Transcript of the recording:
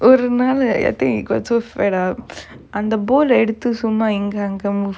ஒரு நாளு:oru naalu I think he got so fed up அந்த:antha ball ah எடுத்து சும்மா இங்க அங்க:eduthu summa inga anga move